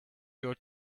your